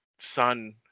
son